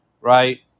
Right